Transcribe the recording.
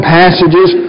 passages